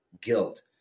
guilt